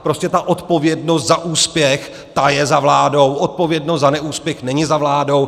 Prostě ta odpovědnost za úspěch, ta je za vládou, odpovědnost za neúspěch není za vládou.